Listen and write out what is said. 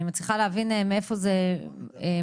אני מצליחה להבין מאיפה זה מגיע,